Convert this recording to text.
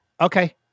Okay